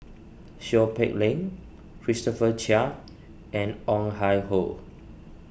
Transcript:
Seow Peck Leng Christopher Chia and Ong Ah Hoi